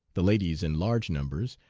the ladies in large numbers,